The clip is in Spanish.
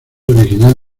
original